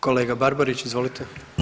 Kolega Barbarić, izvolite.